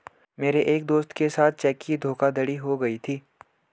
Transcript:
मेरे एक दोस्त के साथ चेक की धोखाधड़ी हो गयी थी